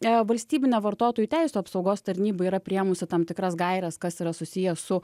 jei valstybinė vartotojų teisių apsaugos tarnyba yra priėmusi tam tikras gaires kas yra susiję su